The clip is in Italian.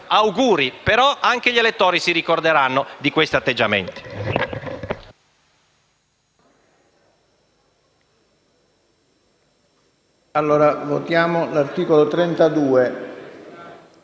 Auguri. Però anche gli elettori si ricorderanno di questi atteggiamenti.